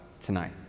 tonight